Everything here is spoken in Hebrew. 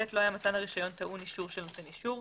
לא היה מתן הרישיון טעון אישור של נותן אישור,